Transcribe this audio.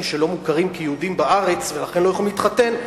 שלא מוכרים כיהודים בארץ ולכן לא יכולים להתחתן.